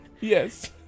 Yes